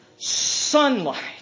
sunlight